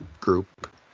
group